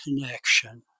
connection